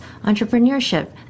entrepreneurship